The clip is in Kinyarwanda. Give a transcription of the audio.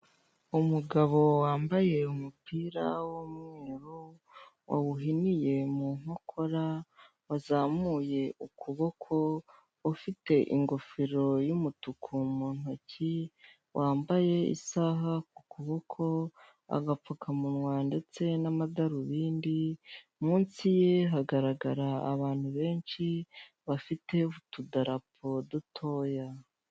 Umugabo wambaye umupira w'umweru wawuhiniye mu nkokora, wazamuye ukuboko, ufite ingofero yumutuku mu ntoki, wambaye isaha ku kuboko agapfukamunwa, ndetse n'amadarubindi. munsi ye hagaragara abantu benshi bafite utudarapo dutoya.